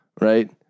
right